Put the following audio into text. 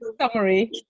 Summary